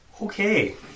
Okay